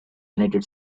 united